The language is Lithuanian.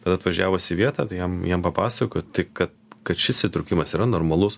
bet atvažiavus į vietą jam jam papasakoji tai kad kad šis įtrūkimas yra normalus